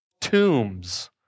tombs